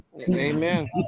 Amen